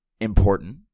important